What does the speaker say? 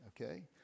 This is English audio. okay